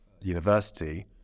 university